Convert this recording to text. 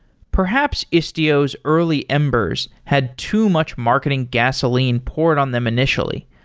perhaps, istio's early embers had too much marketing gasoline poured on them initially,